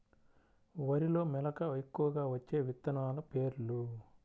వరిలో మెలక ఎక్కువగా వచ్చే విత్తనాలు పేర్లు?